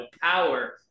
power